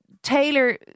Taylor